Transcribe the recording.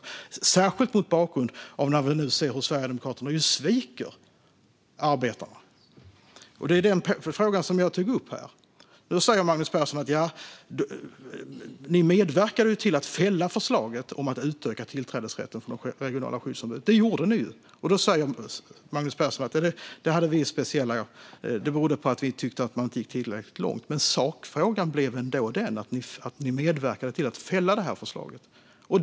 Det gäller särskilt mot bakgrund av att vi nu ser hur Sverigedemokraterna sviker arbetarna. Det är den frågan som jag tog upp här. Nu säger Magnus Persson att ni medverkade till att fälla förslaget om att utöka tillträdesrätten för de regionala skyddsombuden. Det gjorde ni ju. Det berodde på att ni tyckte att man inte gick tillräckligt långt. Sakfrågan blev ändå den att ni medverkade till att fälla förslaget.